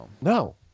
No